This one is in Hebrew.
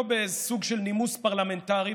לא בסוג של נימוס פרלמנטרי,